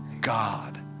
God